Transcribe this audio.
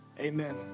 amen